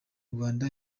rwanda